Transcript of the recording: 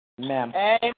Amen